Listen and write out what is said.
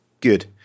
Good